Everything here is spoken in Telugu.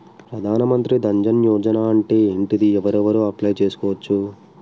ప్రధాన మంత్రి జన్ ధన్ యోజన అంటే ఏంటిది? ఎవరెవరు అప్లయ్ చేస్కోవచ్చు?